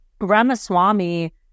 Ramaswamy